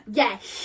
yes